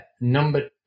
number